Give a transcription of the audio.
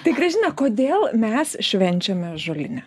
tai gražina kodėl mes švenčiame žolinę